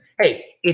Hey